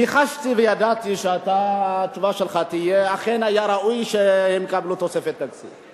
ניחשתי וידעתי שהתשובה שלך תהיה: אכן היה ראוי שהם יקבלו תוספת תקציב.